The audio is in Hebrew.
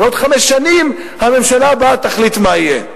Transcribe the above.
אבל בעוד חמש שנים הממשלה הבאה תחליט מה יהיה.